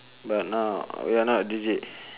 but now we are not deejay